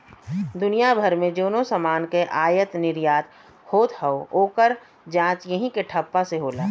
दुनिया भर मे जउनो समान के आयात निर्याट होत हौ, ओकर जांच यही के ठप्पा से होला